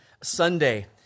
Sunday